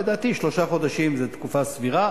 לדעתי שלושה חודשים זה תקופה סבירה,